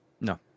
no